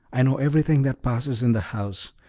i know everything that passes in the house.